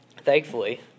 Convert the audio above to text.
Thankfully